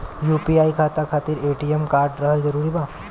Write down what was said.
UPI खाता खातिर ATM card रहल जरूरी बा?